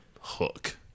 hook